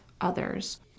others